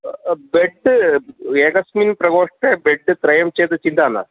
bed एकस्मिन् प्रकोष्ठे बेड्त्रयं चेत् चिन्ता नास्ति